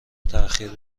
تاخیر